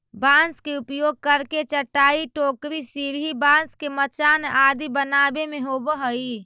बाँस के उपयोग करके चटाई, टोकरी, सीढ़ी, बाँस के मचान आदि बनावे में होवऽ हइ